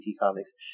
Comics